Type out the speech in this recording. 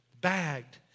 bagged